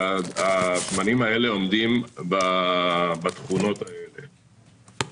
שהשמנים האלה עומדים בתכונות האלה?